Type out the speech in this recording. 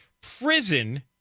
prison